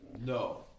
No